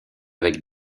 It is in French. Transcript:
avec